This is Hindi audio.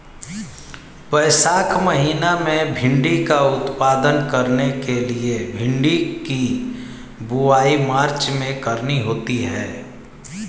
वैशाख महीना में भिण्डी का उत्पादन करने के लिए भिंडी की बुवाई मार्च में करनी होती है